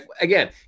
again